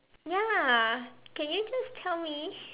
ya lah can you just tell me